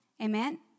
Amen